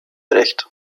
recht